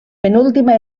penúltima